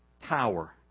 power